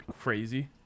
crazy